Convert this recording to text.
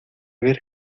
ver